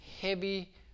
heavy